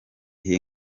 gihe